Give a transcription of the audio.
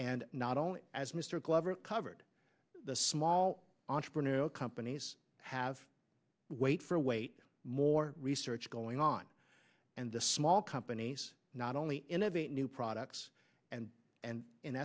and not only as mr glover covered the small entrepreneurial companies have wait for await more research going on and the small companies not only innovate new products and and in